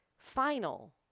Final